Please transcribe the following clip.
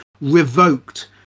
revoked